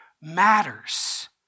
matters